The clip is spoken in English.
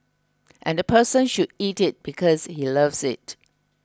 and the person should eat it because he loves it